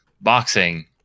boxing